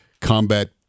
combat